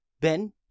Ben